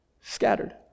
scattered